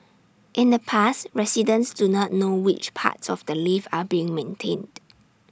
in the past residents do not know which parts of the lift are being maintained